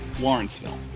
Lawrenceville